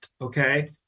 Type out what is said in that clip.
okay